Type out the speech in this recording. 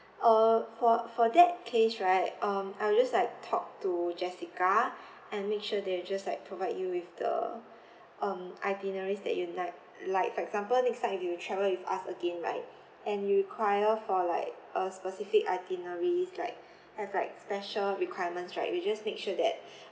uh for for that case right um I will just like talk to jessica and make sure they will just like provide you with the um itineraries that you like like for example next time if you travel with us again right and you require for like a specific itinerary like have like special requirements right we'll just make sure that